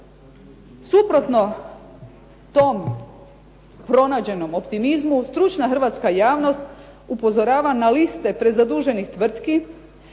Suprotno tom pronađenom optimizmu, stručna hrvatska javnost upozorava na liste prezaduženih tvrtki,